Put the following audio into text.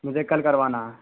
مجھے کل کروانا ہے